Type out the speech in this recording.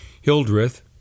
Hildreth